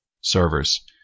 servers